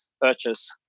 purchase